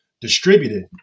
distributed